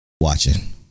watching